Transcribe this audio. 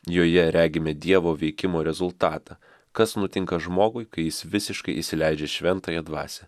joje regime dievo veikimo rezultatą kas nutinka žmogui kai jis visiškai įsileidžia šventąją dvasią